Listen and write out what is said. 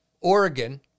Oregon